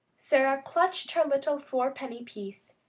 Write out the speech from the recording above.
sara clutched her little four-penny piece,